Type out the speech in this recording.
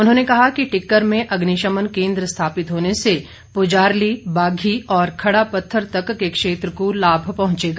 उन्होंने कहा कि टिक्कर में अग्निशमन केन्द्र स्थापित होने से पुजारली बाघी और खड़ा पत्थर तक के क्षेत्र को लाभ पहुंचेगा